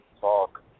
Talk